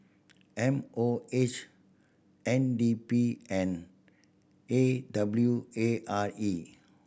M O H N D P and A W A R E